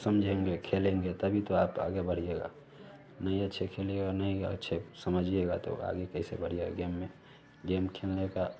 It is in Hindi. समझेंगे खेलेंगे तभी तो आप आगे बढ़िएगा नहीं अच्छे खेलिएगा नहीं अच्छे समझिएगा तो आगे कैसे बढ़िएगा गेम में गेम खेलने का